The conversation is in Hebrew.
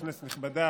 כנסת נכבדה,